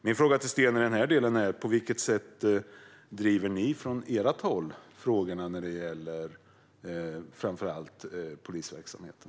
Min fråga till Sten i den delen är: På vilket sätt driver ni från ert håll frågorna när det gäller framför allt polisverksamheten?